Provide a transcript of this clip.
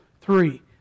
three